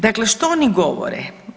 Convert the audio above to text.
Dakle, što oni govore?